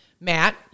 Matt